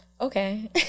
Okay